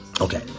okay